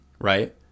right